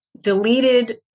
deleted